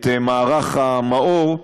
את מערך המאו"ר,